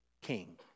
king